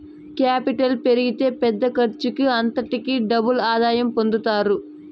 capital పెరిగితే పెద్ద ఖర్చుకి అంతటికీ డబుల్ ఆదాయం పొందుతారు